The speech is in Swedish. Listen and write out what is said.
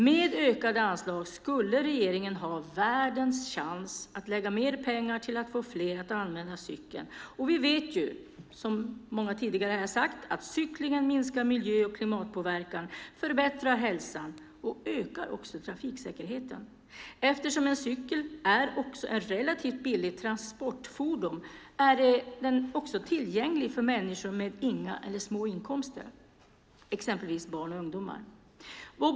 Med ökade anslag skulle regeringen ha "världens chans" att lägga mer pengar på att få fler att använda cykeln. Vi vet, som tidigare talare har sagt, att cyklingen minskar miljö och klimatpåverkan, förbättrar hälsan och ökar trafiksäkerheten. Eftersom en cykel är ett relativt billigt transportfordon är den tillgänglig även för människor med inga eller små inkomster, exempelvis barn och ungdomar.